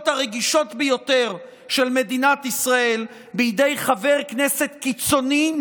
הרגישות ביותר של מדינת ישראל בידי חבר כנסת קיצוני,